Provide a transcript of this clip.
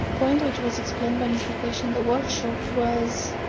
point which was explained by mr. keshe in the workshop was.